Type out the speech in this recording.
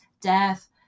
death